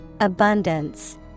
Abundance